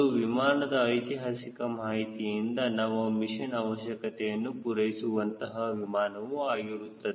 ಅದು ವಿಮಾನದ ಐತಿಹಾಸಿಕ ಮಾಹಿತಿಯಿಂದ ನಮ್ಮ ಮಿಷನ್ ಅವಶ್ಯಕತೆಯನ್ನು ಪೂರೈಸುವಂತಹ ವಿಮಾನವು ಆಗಿರುತ್ತದೆ